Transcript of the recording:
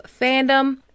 Fandom